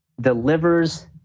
delivers